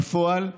בפועל,